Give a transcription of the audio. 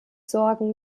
sorgen